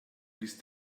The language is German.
ließ